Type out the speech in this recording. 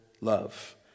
love